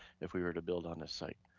if we were to build on this site.